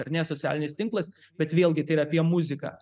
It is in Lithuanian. ar ne socialinis tinklas bet vėlgi tai yra apie muziką